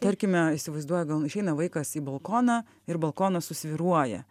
tarkime įsivaizduoja gal išeina vaikas į balkoną ir balkonas susvyruoja